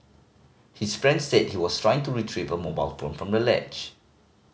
his friend said he was trying to retrieve a mobile phone from the ledge